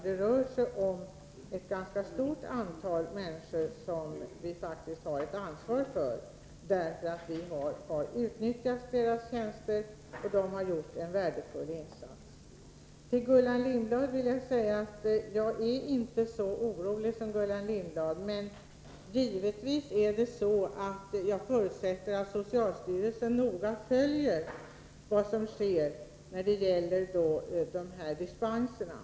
Det rör sig om ett ganska stort antal människor, som vi faktiskt har ett ansvar för. Vi har utnyttjat deras tjänster, och de har gjort en värdefull insats. Till Gullan Lindblad vill jag säga att jag inte är så orolig som hon är. Jag förutsätter emellertid att socialstyrelsen noga följer vad som sker när det gäller dispenserna.